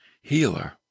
healer